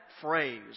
phrase